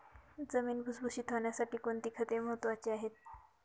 जमीन भुसभुशीत होण्यासाठी कोणती खते महत्वाची आहेत?